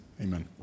amen